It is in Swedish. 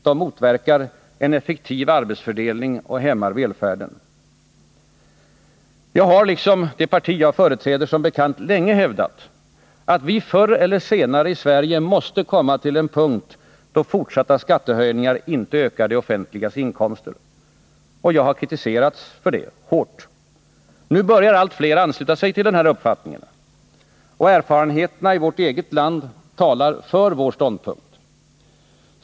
De motverkar en effektiv arbetsfördelning och hämmar välfärden. Jag har liksom det parti jag företräder som bekant länge hävdat, att vi förr eller senare måste komma till en punkt där fortsatta skattehöjningar inte ökar det offentligas inkomster. Jag har kritiserats hårt för detta. Nu börjar allt flera ansluta sig till denna uppfattning. Erfarenheterna i vårt eget land talar för vår ståndpunkt.